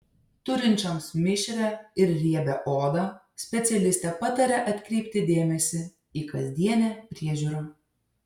turinčioms mišrią ir riebią odą specialistė pataria atkreipti dėmesį į kasdienę priežiūrą